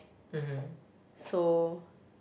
so